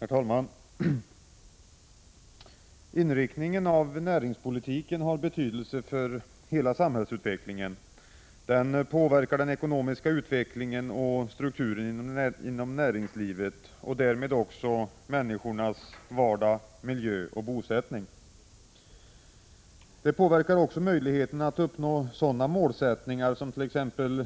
Herr talman! Inriktningen av näringspolitiken har betydelse för hela samhällsutvecklingen. Den påverkar den ekonomiska utvecklingen och strukturen inom näringslivet och därmed människornas vardag, miljö och bosättning. Den påverkar också möjligheterna att uppnå sådana målsättningar som t.ex.